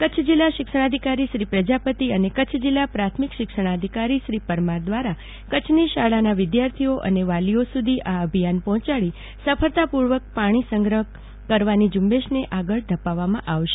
કચ્છ જીલ્લા શિક્ષણાધિકારીશ્રી પ્રજાપતિ અને કચ્છ જીલ્લા પ્રાથમિક શિક્ષણાધિકારી શ્રી પરમાર દ્વારા કચ્છની શાળાના વિદ્યાર્થીઓ અને વાલીઓ સુધી આ અભિયાન પર્જોચાડી સફળતાપૂર્વક પાણી સંગ્રહ કરવાની ઝુંબેશને આગળ ધપાવી રહ્યા છે